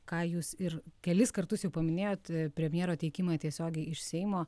ką jūs ir kelis kartus jau paminėjot premjero teikimą tiesiogiai iš seimo